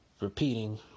repeating